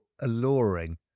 alluring